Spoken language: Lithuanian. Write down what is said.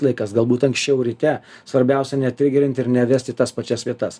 laikas galbūt anksčiau ryte svarbiausia netrigerint ir nevest į tas pačias vietas